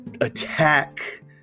attack